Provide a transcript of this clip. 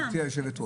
גברתי היושבת ראש,